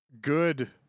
good